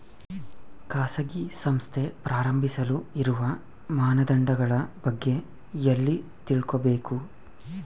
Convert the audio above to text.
ಖಾಸಗಿ ಸಂಸ್ಥೆ ಪ್ರಾರಂಭಿಸಲು ಇರುವ ಮಾನದಂಡಗಳ ಬಗ್ಗೆ ಎಲ್ಲಿ ತಿಳ್ಕೊಬೇಕು?